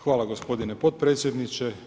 Hvala gospodine potpredsjedniče.